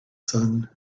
sun